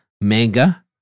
Manga